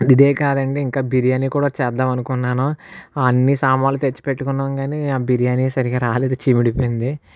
ఇదే కాడు అండి ఇంకా బిర్యానీ కూడా చేద్దామని అనుకున్నాను అన్ని సామాన్లు తెచ్చి పెట్టుకున్నాం కానీ ఆ బిర్యానీ సరిగా రాలేదు చీమిడిపోయింది